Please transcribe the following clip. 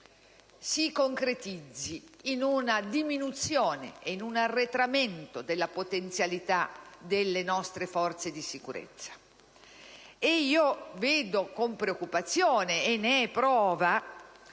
si concretizzi in una diminuzione e in un arretramento della potenzialità delle nostre forze di sicurezza. Al riguardo, manifesto una preoccupazione e ne è prova